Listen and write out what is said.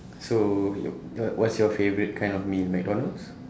so your what's your favourite kind of meal mcdonald's